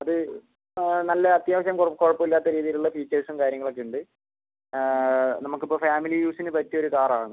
അത് നല്ല അത്യാവശ്യം കുഴപ്പം ഇല്ലാത്ത രീതിയിൽ ഉള്ള ഫീച്ചേഴ്സും കാര്യങ്ങളൊക്കെ ഉണ്ട് നമുക്കിപ്പോൾ ഫാമിലി യൂസിന് പറ്റിയ ഒരു കാറാണ്